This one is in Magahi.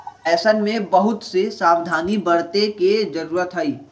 ऐसन में बहुत से सावधानी बरते के जरूरत हई